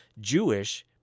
Jewish